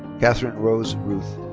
catherine rose ruth.